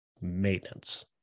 maintenance